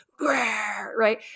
right